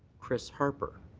chris harper.